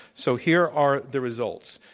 so, here are the results.